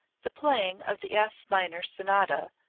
the playing of the f minor sonata,